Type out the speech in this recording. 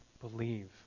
believe